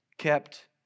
kept